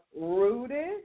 rooted